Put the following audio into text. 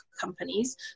companies